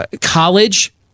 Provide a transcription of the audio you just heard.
college